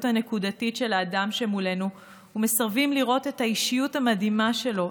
הנקודתית של האדם שמולנו ומסרבים לראות את האישיות המדהימה שלו,